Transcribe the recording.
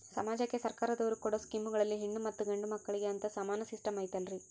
ಸಮಾಜಕ್ಕೆ ಸರ್ಕಾರದವರು ಕೊಡೊ ಸ್ಕೇಮುಗಳಲ್ಲಿ ಹೆಣ್ಣು ಮತ್ತಾ ಗಂಡು ಮಕ್ಕಳಿಗೆ ಅಂತಾ ಸಮಾನ ಸಿಸ್ಟಮ್ ಐತಲ್ರಿ?